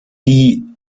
die